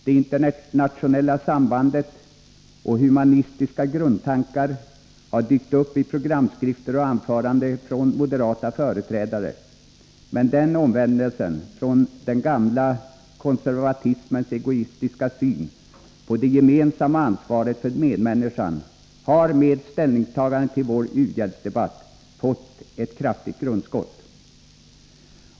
Det internationella sambandet och humanistiska grundtankar har dykt upp i programskrifter och anföranden från moderata företrädare. Men den omvändelsen från den gamla konservatismens egoistiska syn på det gemensamma ansvaret för medmänniskan har med ställningstagandet till vår u-hjälp fått ett kraftigt grundskott.